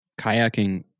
kayaking